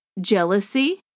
jealousy